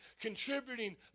contributing